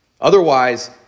Otherwise